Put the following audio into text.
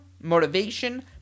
motivation